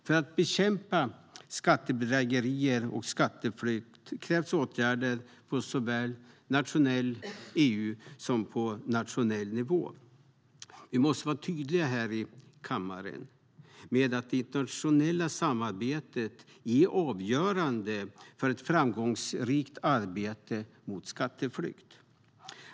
För att bekämpa skattebedrägerier och skatteflykt krävs åtgärder såväl på nationell nivå som på EU-nivå och internationell nivå. Vi måste vara tydliga här i kammaren med att det internationella samarbetet är avgörande för ett framgångsrikt arbete mot skatteflykt.